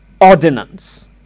ordinance